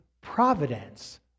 providence